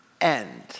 end